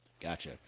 Gotcha